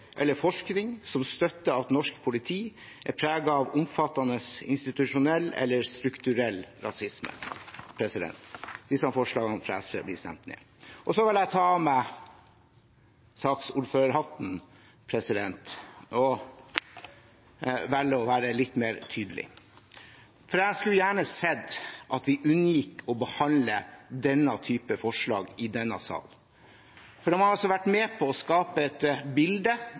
eller forskning som støtter at norsk politi er preget av omfattende institusjonell eller strukturell rasisme. Forslagene fra SV blir stemt ned. Så vil jeg ta av meg saksordførerhatten og velge å være litt mer tydelig. Jeg skulle gjerne sett at vi unngikk å behandle denne typen forslag i denne salen. Man har vært med på å skape et bilde,